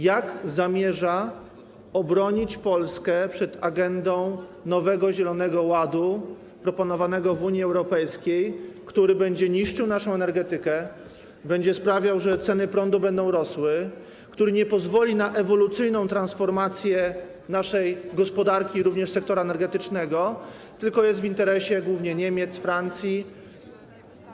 Jak rząd zamierza obronić Polskę przed agendą nowego zielonego ładu proponowanego w Unii Europejskiej, który będzie niszczył naszą energetykę, będzie sprawiał, że ceny prądu będą rosły, który nie pozwoli na ewolucyjną transformację naszej gospodarki, również sektora energetycznego, tylko będzie służył interesom głównie Niemiec, Francji?